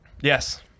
yes